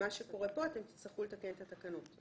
במה שקורה כאן, תצטרכו לתקן את התקנות.